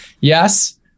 yes